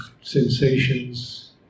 sensations